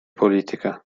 politica